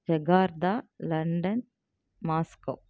ஹெகார்தா London Moscow